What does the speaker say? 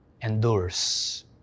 endures